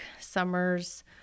summer's